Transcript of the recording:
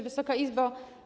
Wysoka Izbo!